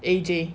A_J